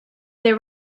there